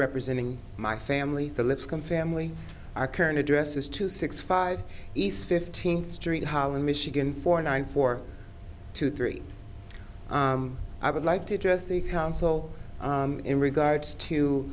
representing my family for lipscomb family our current address is two six five east fifteenth street holland michigan for nine four two three i would like to address the council in regards to